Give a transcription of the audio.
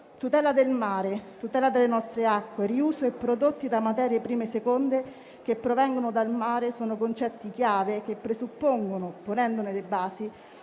Tutela del mare, tutela delle nostre acque, riuso e prodotti da materie prime e seconde che provengono dal mare sono concetti chiave che presuppongono, ponendone le basi,